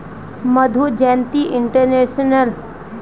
Madhu Jayanti international